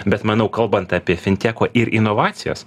bet manau kalbant apie fintieko ir inovacijas